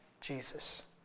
Jesus